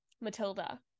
Matilda